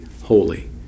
holy